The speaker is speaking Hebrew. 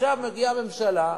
עכשיו מגיעה ממשלה,